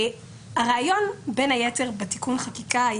הרעיון בתיקון החקיקה,